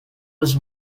was